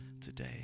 today